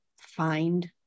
find